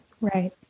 Right